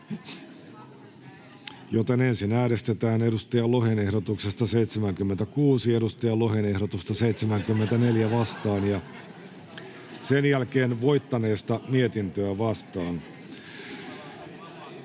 joten ensin äänestetään Markus Lohen ehdotuksesta 76 Markus Lohen ehdotusta 74 vastaan ja sen jälkeen voittaneesta mietintöä vastaan.